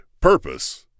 Purpose